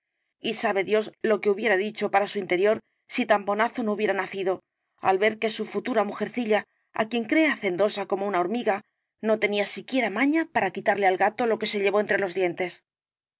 y sabe dios lo que hubiera dicho para su interior si tan bonazo no hubiera nacido al saber que su futura mujercilla á quien cree hacendosa como una hormiga no tenía siquiera maña para quitarle al gato lo que se llevó entre los dientes